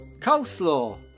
Coleslaw